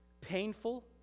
Painful